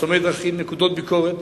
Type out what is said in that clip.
מחסומי דרכים, נקודות ביקורת,